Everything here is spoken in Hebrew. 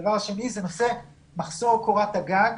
הדבר השני הוא מחסור קורת הגג